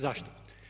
Zašto?